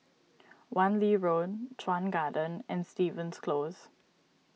Wan Lee Road Chuan Garden and Stevens Close